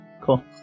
Cool